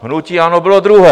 Hnutí ANO bylo druhé.